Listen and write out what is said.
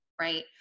right